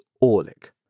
Orlick